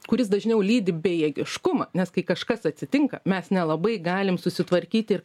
kuris dažniau lydi bejėgiškumą nes kai kažkas atsitinka mes nelabai galim susitvarkyti ir